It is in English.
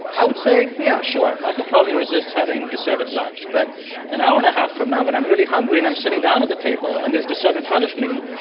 i would say, yeah, sure. i can probably resist having dessert at lunch. but an hour and a half from now, when i'm really hungry and i'm sitting down at the table and there's dessert in front of me,